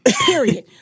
Period